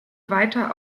weiter